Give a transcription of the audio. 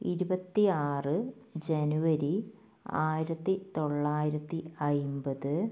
ഇരുപത്തി ആറ് ജനുവരി ആയിരത്തി തൊള്ളായിരത്തി അൻപത്